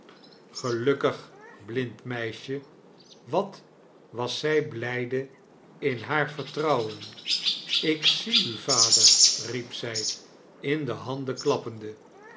gelukkig blind meisje wat was zij blijde in haar vertrouwen ik zie u vader riep zij in de handen klappende